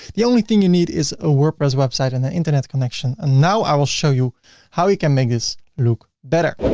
the only thing you need is a wordpress website and an internet connection. now i will show you how you can make this look better.